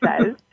says